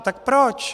Tak proč?